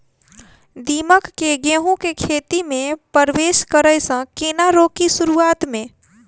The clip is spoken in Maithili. दीमक केँ गेंहूँ केँ खेती मे परवेश करै सँ केना रोकि शुरुआत में?